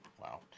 wow